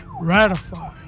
ratify